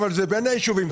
אבל זה בין היישובים,